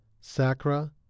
Sacra